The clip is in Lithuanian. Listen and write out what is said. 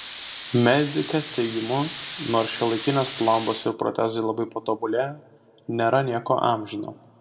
medikės teigimu nors šiuolaikinės plombos ir protezai labai patobulėję nėra nieko amžino